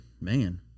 man